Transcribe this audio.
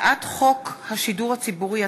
הצעת חוק לתיקון פקודת העיריות (מינוי דובר לעירייה),